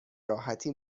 راحتی